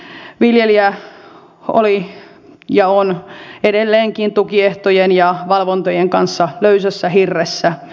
viljelijä oli ja on edelleenkin tukiehtojen ja valvontojen kanssa löysässä hirressä